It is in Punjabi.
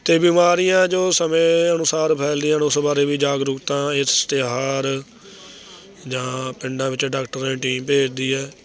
ਅਤੇ ਬਿਮਾਰੀਆਂ ਜੋ ਸਮੇਂ ਅਨੁਸਾਰ ਫੈਲਦੀਆਂ ਹਨ ਉਸ ਬਾਰੇ ਵੀ ਜਾਗਰੂਕਤਾ ਇਸ਼ਤਿਹਾਰ ਜਾਂ ਪਿੰਡਾਂ ਵਿੱਚ ਡਾਕਟਰਾਂ ਦੀ ਟੀਮ ਭੇਜਦੀ ਹੈ